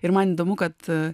ir man įdomu kad